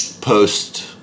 post